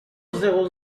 zéro